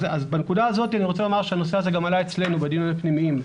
בנקודה הזאת אני רוצה לומר שהנושא הזה גם עלה אצלנו בדיונים הפנימיים,